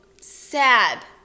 sad